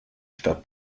stadt